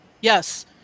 Yes